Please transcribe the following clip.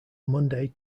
monday